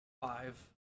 Five